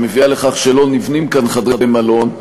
שמביאה לכך שלא נבנים כאן חדרי מלון,